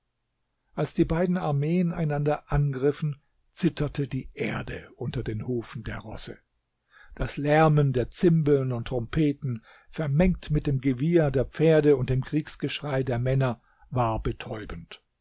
als die beiden armeen einander angriffen zitterte die erde unter den hufen der rosse das lärmen der zimbeln und trompeten vermengt mit dem gewieher der pferd und dem kriegsgeschrei der männer war betäubend